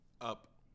Up